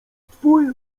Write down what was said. twój